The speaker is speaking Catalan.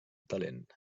talent